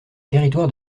territoires